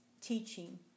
teaching